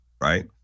Right